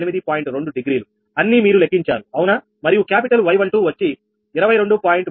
2 డిగ్రీఅన్ని మీరు లెక్కించారు అవునా మరియు క్యాపిటల్ Y12 వచ్చి 22